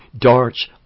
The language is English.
darts